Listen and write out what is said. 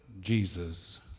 Jesus